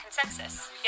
consensus